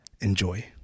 Enjoy